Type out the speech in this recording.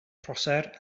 prosser